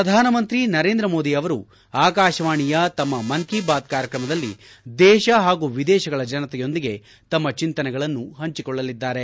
ಪ್ರಧಾನ ಮಂತ್ರಿ ನರೇಂದ್ರ ಮೋದಿ ಅವರು ಆಕಾಶವಾಣಿಯ ತಮ್ಮ ಮನ್ ಕಿ ಬಾತ್ ಕಾರ್ಯಕ್ರಮದಲ್ಲಿ ದೇಶ ಹಾಗೂ ವಿದೇಶಗಳ ಜನತೆಯೊಂದಿಗೆ ತಮ್ಮ ಚಿಂತನೆಗಳನ್ನು ಹಂಚಿಕೊಳ್ಳಲಿದ್ದಾರೆ